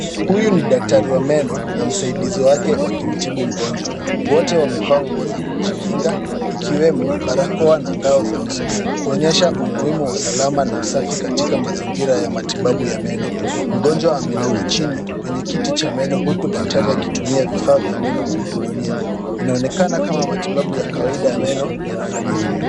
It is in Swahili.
Huyu ni daktari wa meno na msaidizi wake wakimtibu mgonjwa. Wote wamevaa nguo za kujikinga ikiwemo barakoa na ngao za uso kuonyesha umuhimu wa usalama na usafi katika mazingira ya matibabu ya meno. Mgonjwa amelala chini kwenye kiti cha meno huku daktari akitumia vifaa vya meno kumhudumia. Inaonekana kama matibabu ya kawaida ya meno yanafanyika.